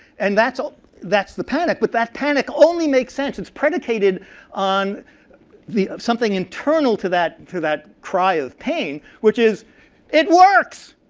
and that's ah that's the panic, but that panic only makes sense, it's predicated on something internal to that to that cry of pain, which is it works!